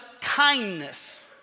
kindness